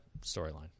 storyline